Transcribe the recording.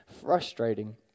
frustrating